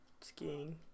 skiing